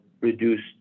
reduced